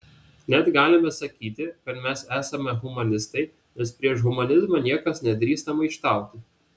net galime sakyti kad mes esame humanistai nes prieš humanizmą niekas nedrįsta maištauti